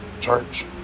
church